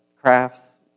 crafts